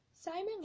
SIMON